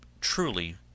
truly